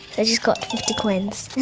i just got fifty coins.